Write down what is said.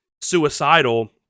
suicidal